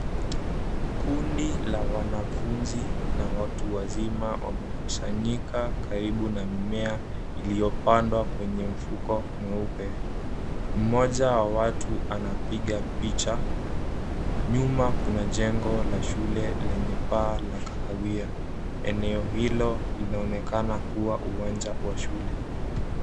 Kundi la wanafunzi na watu wazima wamekusanyika karibu na mimea iliyopandwa kwenye mfuko mweupe. Mmoja wa watu anapiga picha. Nyuma kuna jengo la shule lenye paa la kahawia. Eneo hilo linaonekana kuwa uwanja wa shule.